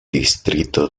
distrito